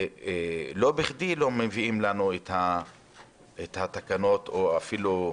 ולא בכדי לא מביאים לנו את התקנות ואפילו לא לך,